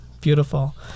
beautiful